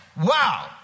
Wow